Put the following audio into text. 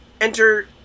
enter